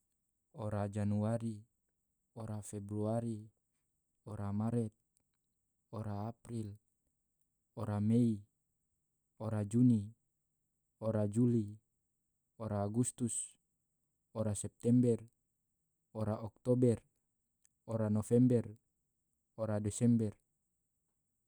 ora januari, ora februari, ora maret, ora april, ora mei, ora juni, ora juli, ora agustus, ora september, ora oktober, ora november, ora desember.